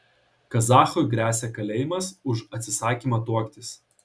kazachui gresia kalėjimas už atsisakymą tuoktis